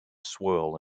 swirl